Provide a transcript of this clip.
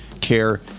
care